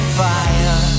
fire